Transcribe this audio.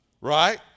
right